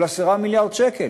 של 10 מיליארד שקל?